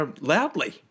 loudly